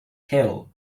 hill